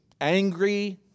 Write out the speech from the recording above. angry